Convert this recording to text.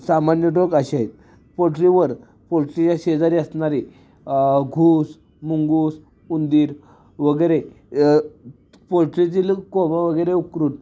सामान्य रोग असे आहेत पोल्ट्रीवर पोल्ट्रीच्या शेजारी असणारे घूस मुंगूस उंदीर वगैरे पोल्ट्रीतील कोबा वगैरे उकरून